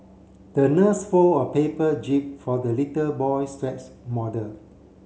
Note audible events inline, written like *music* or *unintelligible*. the nurse fold a paper jib for the little boy's *unintelligible* model